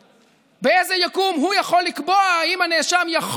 באיזה יקום הוא יכול לקבוע אם הנאשם יכול